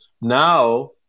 now